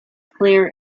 clear